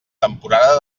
temporada